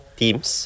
teams